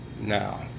Now